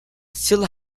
still